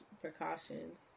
precautions